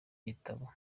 igitabo